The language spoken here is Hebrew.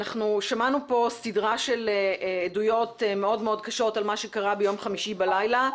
שמענו פה סדרה של עדויות מאוד מאוד קשות על מה שקרה ביום חמישי בלילה.